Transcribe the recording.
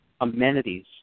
amenities